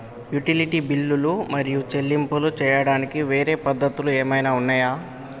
Utility బిల్లులు మరియు చెల్లింపులు చేయడానికి వేరే పద్ధతులు ఏమైనా ఉన్నాయా?